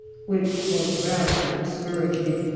which was rather discouraging.